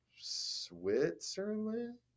Switzerland